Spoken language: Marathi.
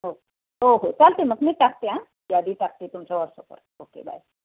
हो हो हो चालतं आहे मग मी टाकते हां यादी टाकते तुमच्या वॉट्सअपवर ओके बाय